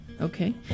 okay